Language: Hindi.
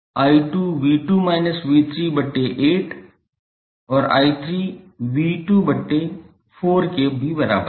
𝑖𝑥 𝑉1−𝑉22 𝐼2 𝑉2−𝑉38 और 𝐼3𝑉24 के भी बराबर है